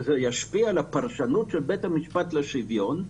לא ישפיע על הפרשנות של בית המשפט בכל הנוגע לשוויון.